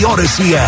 Odyssey